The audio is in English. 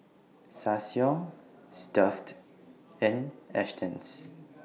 Ssangyong Stuff'd and Astons